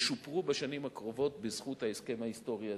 ישופרו בשנים הקרובות בזכות ההסכם ההיסטורי הזה.